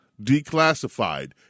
declassified